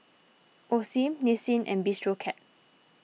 Osim Nissin and Bistro Cat